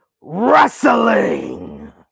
wrestling